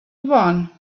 one